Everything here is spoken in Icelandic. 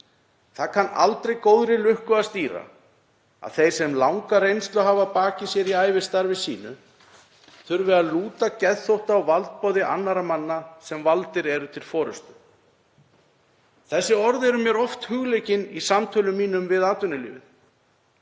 „Það kann aldrei góðri lukku að stýra, að þeir, sem langa reynslu hafa að baki sér í æfistarfi sínu, þurfi að lúta geðþótta og valdboði annara manna, sem valdir eru til forystu …“ Þessi orð eru mér oft hugleikin í samtölum mínum við atvinnulífið